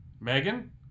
Megan